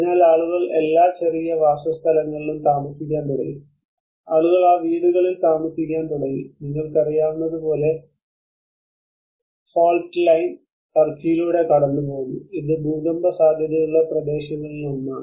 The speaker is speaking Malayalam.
അതിനാൽ ആളുകൾ എല്ലാ ചെറിയ വാസസ്ഥലങ്ങളിലും താമസിക്കാൻ തുടങ്ങി ആളുകൾ ആ വീടുകളിൽ താമസിക്കാൻ തുടങ്ങി നിങ്ങൾക്കറിയാവുന്നതുപോലെ ഫോൾട് ലൈൻ ടർക്കിയിലൂടെ കടന്നുപോകുന്നു ഇത് ഭൂകമ്പ സാധ്യതയുള്ള പ്രദേശങ്ങളിൽ ഒന്നാണ്